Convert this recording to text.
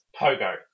Pogo